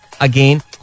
again